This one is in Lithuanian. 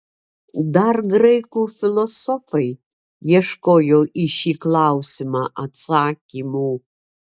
dar graikų filosofai ieškojo į šį klausimą atsakymo